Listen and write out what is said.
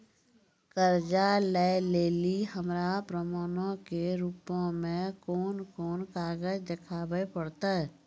कर्जा लै लेली हमरा प्रमाणो के रूपो मे कोन कोन कागज देखाबै पड़तै?